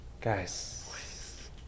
guys